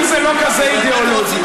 אם זה לא כזה אידיאולוגי,